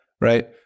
Right